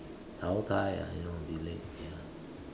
how tie ya you know delete ya